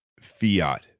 fiat